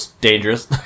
dangerous